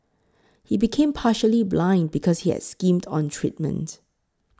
he became partially blind because he had skimmed on treatment